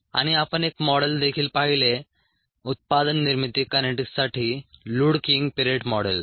आणि आपण एक मॉडेल देखील पाहिले उत्पादन निर्मिती कायनेटीक्ससाठी लुडकिंग पिरेट मॉडेल